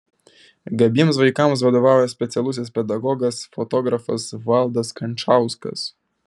gabiems vaikams vadovauja specialusis pedagogas fotografas valdas kančauskas